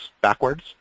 backwards